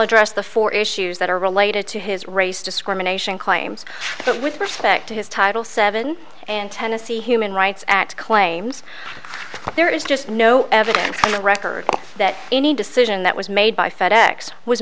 address the four issues that are related to his race discrimination claims but with respect to his title seven and tennessee human rights act claims there is just no evidence in the record that any decision that was made by fed ex was